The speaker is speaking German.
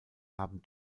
haben